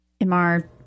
MR